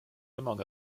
among